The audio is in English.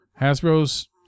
Hasbro's